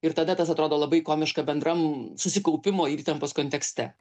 ir tada tas atrodo labai komiška bendram susikaupimo ir įtampos kontekste